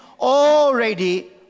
already